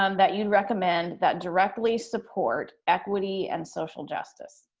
um that you recommend that directly support equity and social justice?